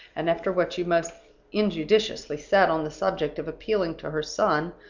and after what you most injudiciously said on the subject of appealing to her son,